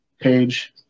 Page